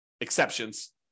exceptions